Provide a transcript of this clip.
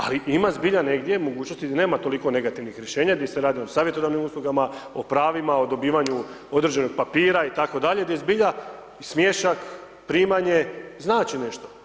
Ali ima zbilja negdje mogućnosti da nema toliko negativnih rješenja di se radi o savjetodavnim uslugama, o pravima, o dobivanju određenog papira itd., gdje je zbilja smiješak, primanje znači nešto.